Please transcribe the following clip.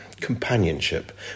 companionship